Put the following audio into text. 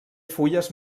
fulles